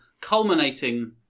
culminating